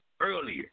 earlier